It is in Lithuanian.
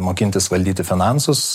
mokintis valdyti finansus